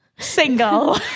Single